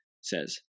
says